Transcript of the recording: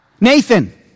Nathan